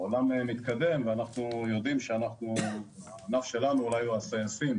העולם מתקדם ואנחנו יודעים שהענף שלנו יהיו כמו הסייסים